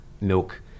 milk